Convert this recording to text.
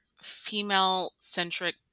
female-centric